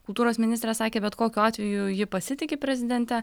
kultūros ministrė sakė bet kokiu atveju ji pasitiki prezidente